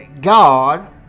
God